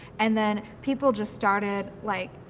and then people just started, like,